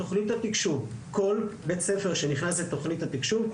בתוכנית התקשוב כל בית ספר שנכנס לתוכנית התקשוב,